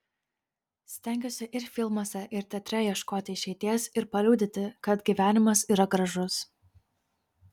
stengiuosi ir filmuose ir teatre ieškoti išeities ir paliudyti kad gyvenimas yra gražus